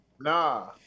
Nah